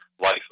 Life